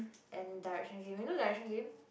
and direction game you know direction game